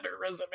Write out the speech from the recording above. resume